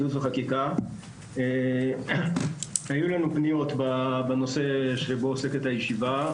היו לנו פניות בנושא שבו עוסקת הישיבה,